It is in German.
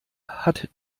hat